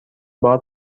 بار